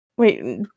Wait